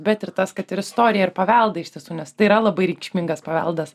bet ir tas kad ir istoriją ir paveldą iš tiesų nes tai yra labai reikšmingas paveldas